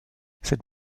cette